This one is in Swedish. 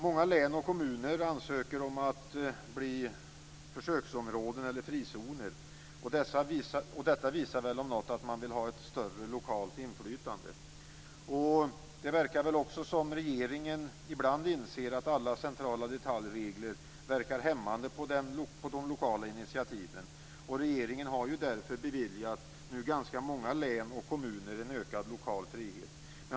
Många län och kommuner ansöker om att bli försöksområden eller frizoner. Detta visar väl om något att man vill ha ett större lokalt inflytande. Regeringen inser väl också att alla centrala detaljregler verkar hämmande på de lokala initiativen. Regeringen har därför beviljat ganska många län och kommuner en ökad lokal frihet.